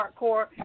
hardcore